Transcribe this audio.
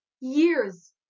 years